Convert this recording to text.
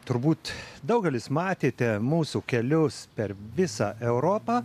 turbūt daugelis matėte mūsų kelius per visą europą